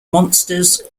monsters